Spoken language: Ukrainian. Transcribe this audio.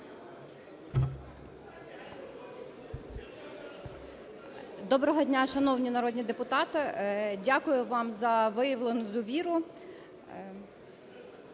Доброго дня, шановні народні депутати! Дякую вам за виявлену довіру.